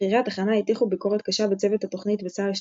בכירי התחנה הטיחו ביקורת קשה בצוות התוכנית וצה"ל 2,